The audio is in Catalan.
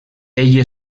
ell